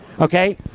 okay